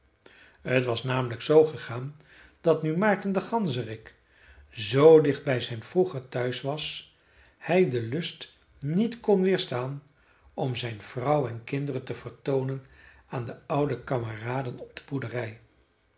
t was namelijk zoo gegaan dat nu maarten de ganzerik z dicht bij zijn vroeger thuis was hij de lust niet kon weerstaan om zijn vrouw en kinderen te vertoonen aan de oude kameraden op de boerderij